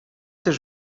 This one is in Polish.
też